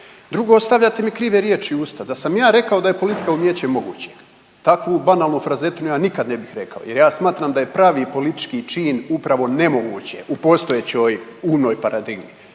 Drugo, stavljate mi krive riječi u usta, da sam ja rekao da je politika umijeće mogućeg, takvu banalnu frazetinu ja nikad ne bih rekao jer ja smatram da je pravi politički čin upravo nemoguće u postojećoj unoj paradigmi,